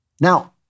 Now